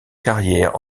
carrière